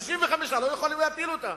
ו-65 לא יכולים להפיל אותה,